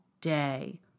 day